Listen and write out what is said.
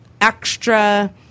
extra